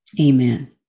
amen